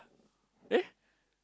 eh